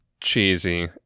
cheesy